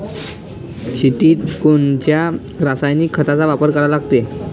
शेतीत कोनच्या रासायनिक खताचा वापर करा लागते?